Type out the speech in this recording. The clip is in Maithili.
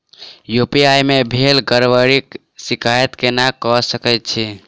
यु.पी.आई मे भेल गड़बड़ीक शिकायत केना कऽ सकैत छी?